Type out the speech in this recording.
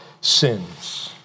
sins